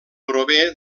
prové